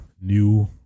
new